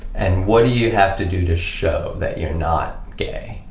and what do you have to do to show that you're not gay?